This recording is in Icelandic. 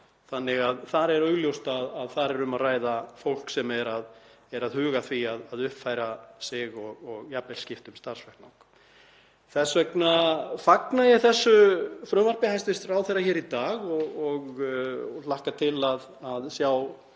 Það er augljóst að þar er um að ræða fólk sem er að huga að því að uppfæra sig og jafnvel skipta um starfsvettvang. Þess vegna fagna ég þessu frumvarpi hæstv. ráðherra hér í dag og hlakka til að sjá